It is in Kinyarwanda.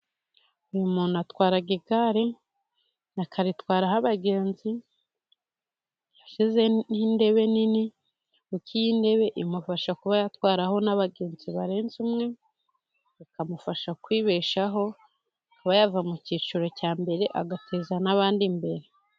Uyu muntu atwara igare akaritwaraho abagenzi yashyizeho intebe nini, kuko iyi ntebe imufasha kuba yatwaraho n'abagenzi barenze umwe, bakamufasha kwibeshaho akaba yava mu cyiciro cya mbere, agateza n'abandi imbere.